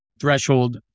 threshold